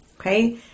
Okay